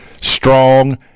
strong